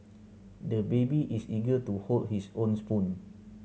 the baby is eager to hold his own spoon